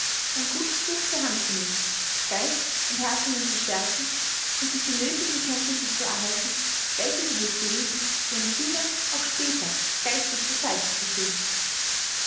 ein gutes buch zur hand zu nehmen geist und herz an ihm zu stärken und sich die nöthigen kenntnisse zu erhalten welche sie befähigen ihren kindern auch später geistig zur seite zu stehen